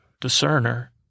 discerner